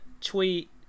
tweet